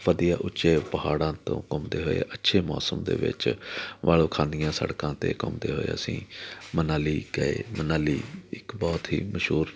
ਵਧੀਆ ਉੱਚੇ ਪਹਾੜਾਂ ਤੋਂ ਘੁੰਮਦੇ ਹੋਏ ਅੱਛੇ ਮੌਸਮ ਦੇ ਵਿੱਚ ਵਲ ਖਾਂਦੀਆਂ ਸੜਕਾਂ 'ਤੇ ਘੁੰਮਦੇ ਹੋਏ ਅਸੀਂ ਮਨਾਲੀ ਗਏ ਮਨਾਲੀ ਇੱਕ ਬਹੁਤ ਹੀ ਮਸ਼ਹੂਰ